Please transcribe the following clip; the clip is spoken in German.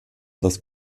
das